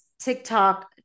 TikTok